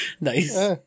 Nice